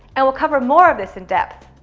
and we'll cover more of this in depth.